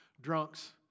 drunks